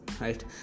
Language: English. right